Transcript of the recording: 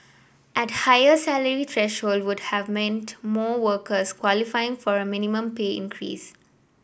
at higher salary threshold would have meant more workers qualifying for a minimum pay increase